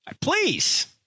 Please